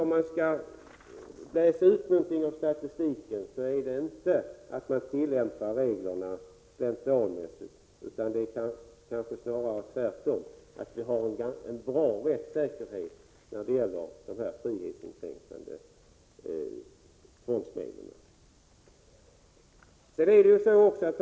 Om man skall utläsa någonting av statistiken är det inte att reglerna tillämpas slentrianmässigt, utan snarare tvärtom, att rättssäkerheten är bra när det gäller de frihetsinskränkande tvångsmedlen.